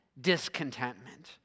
discontentment